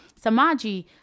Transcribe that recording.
Samaji